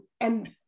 and-